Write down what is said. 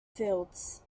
fields